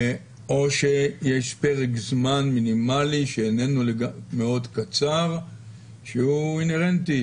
או שיש פרק זמן מינימאלי שאיננו מאוד קצר שהוא אינהרנטי,